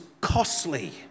costly